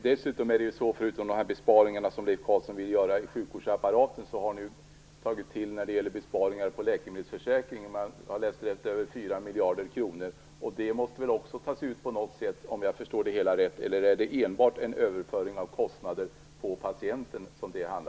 Förutom de besparingar som Leif Carlson och Moderaterna vill göra på sjukvårdsapparaten har de dessutom tagit till när det gäller besparingar på läkemedelsförsäkringen med 4 miljarder kronor. Det måste väl också tas ut på något sätt, om jag förstår det hela rätt, eller handlar det enbart om en överföring av kostnader på patienterna?